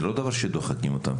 זה לא דבר שדוחקים אותם.